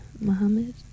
Muhammad